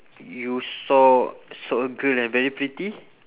you saw saw a girl like very pretty